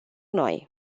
noi